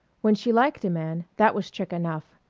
when she liked a man, that was trick enough.